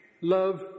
love